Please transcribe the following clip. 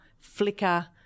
flicker